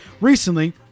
recently